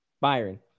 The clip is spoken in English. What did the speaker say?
Byron